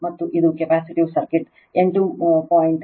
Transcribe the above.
ಮತ್ತು ಇದು capacitive circuit 8